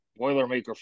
Boilermaker